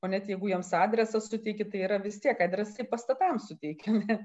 o net jeigu jums adresą suteiki yra vis tiek adresai pastatams suteikiami